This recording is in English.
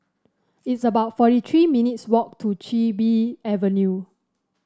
it's about forty three minutes' walk to Chin Bee Avenue